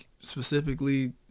specifically